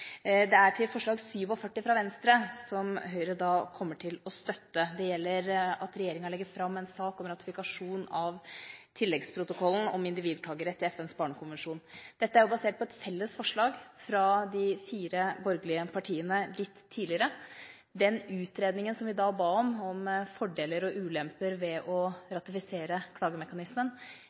Det er til forslag nr. 47 fra Venstre, som Høyre kommer til å støtte, der regjeringa bes legge fram «en sak om ratifikasjon av tilleggsprotokollen om individklagerett til FNs barnekonvensjon». Dette er jo basert på et felles forslag fra de fire borgerlige partiene litt tidligere. Den utredningen som vi da ba om, om fordeler og ulemper ved å ratifisere klagemekanismen,